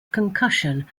concussion